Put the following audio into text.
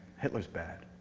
hitler is bad.